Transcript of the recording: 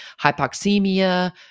hypoxemia